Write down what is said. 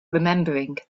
remembering